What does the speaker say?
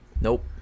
Nope